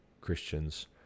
Christians